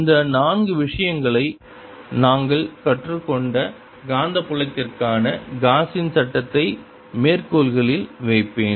இந்த நான்கு விஷயங்களை நாங்கள் கற்றுக்கொண்ட காந்தப்புலத்திற்கான காஸின்Gauss's சட்டத்தை மேற்கோள்களில் வைப்பேன்